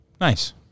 Nice